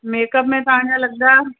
makeup में तव्हांजा लॻंदा